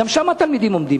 וגם שם התלמידים עומדים,